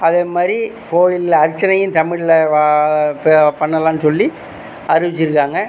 அதேமாதிரி கோயிலில் அர்ச்சனையும் தமிழில் வ பண்ணலாம்ன்னு சொல்லி அறிவித்திருக்காங்க